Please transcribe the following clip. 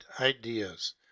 ideas